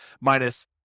minus